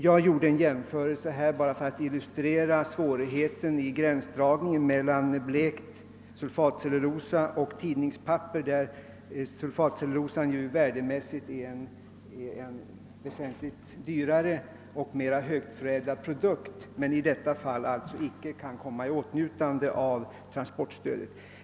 Jag gjorde en jämförelse enbart för att illustrera svårigheten vid gränsdragningen mellan två produkter, i detta fall blekt sulfatcellulosa och tidningspapper. Sulfatcellulosan är en dyrare och längre förädlad produkt men kan i detta fall icke komma i åtnjutande av transportstödet eftersom det är fråga om ett halvfabrikat.